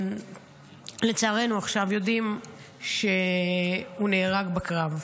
לצערנו, עכשיו יודעים שהוא נהרג בקרב.